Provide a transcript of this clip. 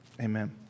Amen